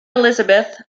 elizabeth